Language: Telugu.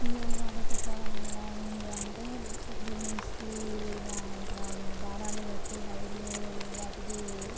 తీగల పారే చెట్ల వల్ల ఏంది అంటే బిల్డింగ్స్కి ఇట్లా దారాలు కట్టి వైర్లు వాటికి